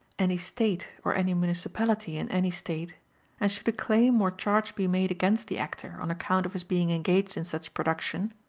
any state or any municipality in any state and should a claim or charge be made against the actor on account of his being engaged in such production,